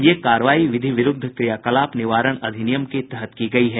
ये कार्रवाई विधि विरूद्व क्रियाकलाप निवारण अधिनियम के तहत की गयी है